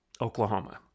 Oklahoma